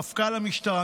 מפכ"ל המשטרה,